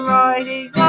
riding